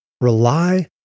rely